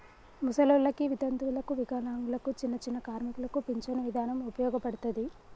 ముసలోల్లకి, వితంతువులకు, వికలాంగులకు, చిన్నచిన్న కార్మికులకు పించను ఇదానం ఉపయోగపడతది